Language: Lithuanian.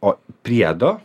o priedo